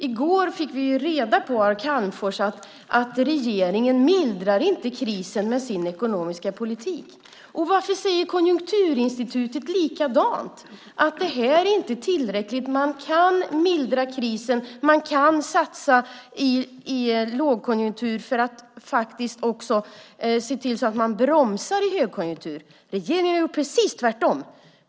I går fick vi ju reda på av Calmfors att regeringen inte mildrar krisen med sin ekonomiska politik. Och varför säger Konjunkturinstitutet likadant, att det här inte är tillräckligt? Man kan mildra krisen, och man kan satsa i lågkonjunktur för att se till att bromsa i högkonjunktur. Regeringen gör precis tvärtom.